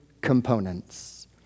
components